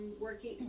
working